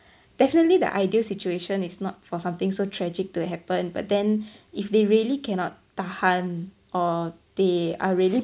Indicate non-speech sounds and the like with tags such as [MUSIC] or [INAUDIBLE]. definitely the ideal situation is not for something so tragic to happen but then [BREATH] if they really cannot tahan or they are really